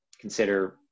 consider